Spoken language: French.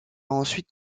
ensuite